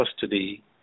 custody